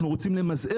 אני מציע לך, אתה מדבר